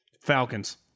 Falcons